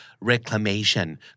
reclamation